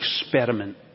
experiment